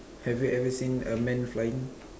have you ever seen a man flying